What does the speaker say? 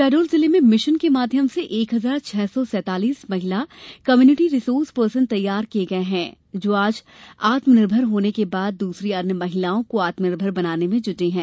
शहडोल जिले में मिशन के माध्यम से एक हजार छह सौ सैतालीस महिला कम्यूनिटी रिसोर्स पर्सन तैयार किये गये हैं जो आज आत्मनिर्भर होने के बाद दूसरी अन्य महिलाओं को आत्मनिर्भर बनाने में जुटी हैं